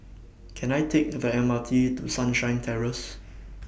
Can I Take The M R T to Sunshine Terrace